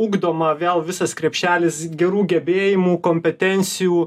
ugdoma vėl visas krepšelis gerų gebėjimų kompetencijų